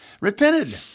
repented